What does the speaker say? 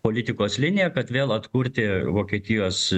politikos linija kad vėl atkurti vokietijos